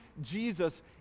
jesus